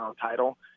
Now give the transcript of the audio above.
title